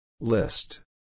List